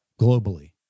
globally